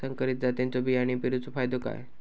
संकरित जातींच्यो बियाणी पेरूचो फायदो काय?